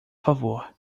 favor